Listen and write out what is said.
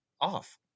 off